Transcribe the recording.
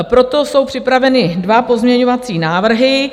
Proto jsou připraveny dva pozměňovací návrhy.